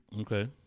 Okay